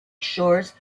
shores